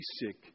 basic